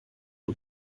und